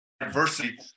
adversity